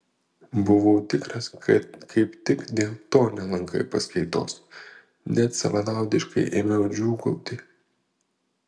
buvau tikras kad kaip tik dėl to nelankai paskaitos net savanaudiškai ėmiau džiūgauti